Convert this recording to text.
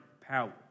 power